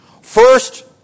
First